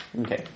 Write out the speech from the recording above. Okay